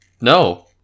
no